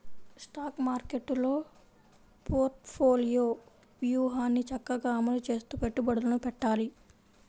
stock మార్కెట్టులో portfolio వ్యూహాన్ని చక్కగా అమలు చేస్తూ పెట్టుబడులను పెట్టాలి